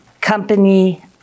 company